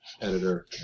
Editor